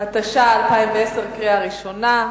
התש"ע 2010, בקריאה ראשונה.